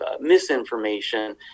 misinformation